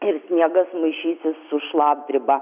ir sniegas maišysis su šlapdriba